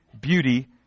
beauty